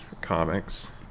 comics